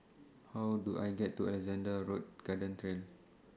How Do I get to Alexandra Road Garden Trail